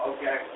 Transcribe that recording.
Okay